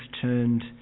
turned